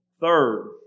Third